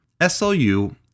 SLU